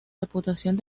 reputación